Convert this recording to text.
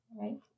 right